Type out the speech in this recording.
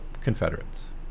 confederates